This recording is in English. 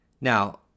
Now